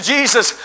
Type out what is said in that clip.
Jesus